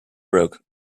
broke